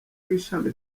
w’ishami